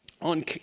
on